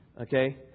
okay